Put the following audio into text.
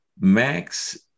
max